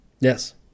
Yes